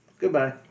Goodbye